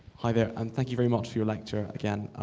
hi there and thank you very much for your lecture again